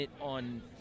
on